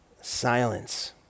silence